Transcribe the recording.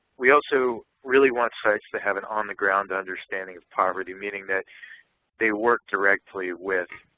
we also really want sites to have an on-the-ground understanding poverty, meaning that they work directly with